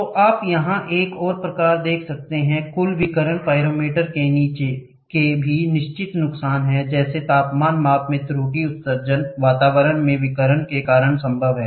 तो आप यहाँ एक और प्रकार देख सकते हैं कुल विकिरण पाइरोमीटर के भी निश्चित नुकसान है जैसे तापमान माप में त्रुटि उत्सर्जन वातावरण में विकिरण के कारण संभव है